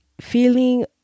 feeling